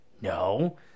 No